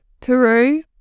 Peru